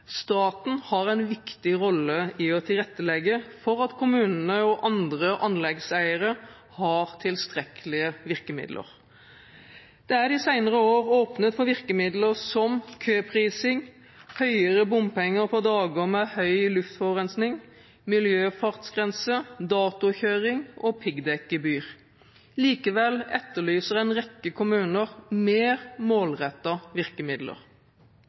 Staten har en viktig rolle i å tilrettelegge for at kommunene og andre anleggseiere har tilstrekkelige virkemidler. Det er de senere år åpnet for virkemidler som køprising, høyere bompenger på dager med høy luftforurensning, miljøfartsgrense, datokjøring og piggdekkgebyr. Likevel etterlyser en rekke kommuner mer målrettede virkemidler.